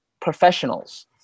professionals